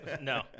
No